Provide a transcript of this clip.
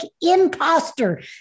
imposter